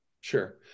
sure